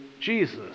jesus